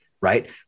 Right